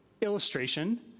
illustration